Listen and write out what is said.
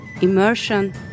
immersion